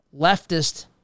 leftist